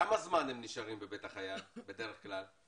כמה זמן הם נשארים בו בדרך כלל?